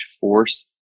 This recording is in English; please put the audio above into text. force